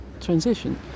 transition